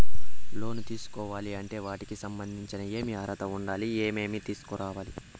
లోను తీసుకోవాలి అంటే వాటికి సంబంధించి ఏమి అర్హత ఉండాలి, ఏమేమి తీసుకురావాలి